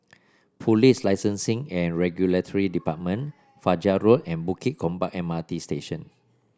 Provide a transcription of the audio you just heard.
Police Licensing and Regulatory Department Fajar Road and Bukit Gombak M R T Station